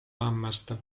hammaste